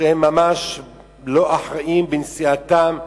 שהם ממש לא אחראיים בנסיעתם,